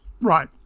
Right